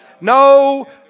no